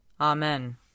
Amen